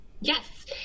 Yes